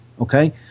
Okay